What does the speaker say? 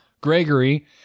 Gregory